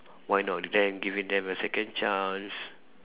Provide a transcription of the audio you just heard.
why not then giving them a second chance